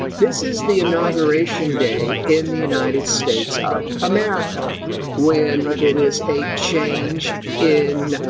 this is the inauguration day in the united states of america when it is a change in